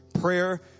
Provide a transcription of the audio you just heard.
prayer